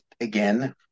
again